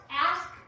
ask